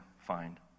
find